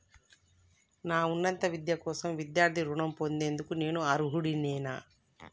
నా ఉన్నత విద్య కోసం విద్యార్థి రుణం పొందేందుకు నేను అర్హుడినేనా?